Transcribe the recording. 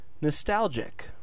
nostalgic